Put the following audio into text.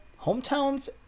Hometowns